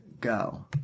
go